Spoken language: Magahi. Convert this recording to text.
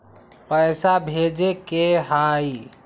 पैसा भेजे के हाइ?